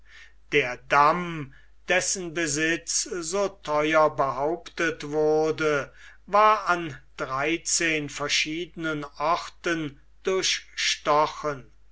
der damm dessen besitz so theuer behauptet wurde war an dreizehn verschiedenen orten